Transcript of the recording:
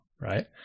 right